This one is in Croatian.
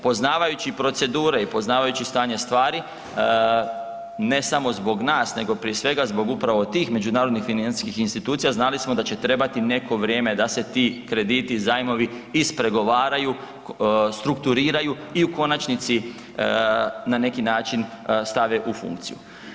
Poznavajući procedure i poznavajući stanje stvari ne samo zbog nas, nego prije svega zbog upravo tih međunarodnih financijskih institucija znali smo da će trebati neko vrijeme da se ti krediti, zajmovi ispregovaraju, strukturiraju i u konačnici na neki način stave u funkciju.